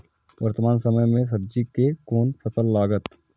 वर्तमान समय में सब्जी के कोन फसल लागत?